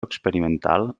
experimental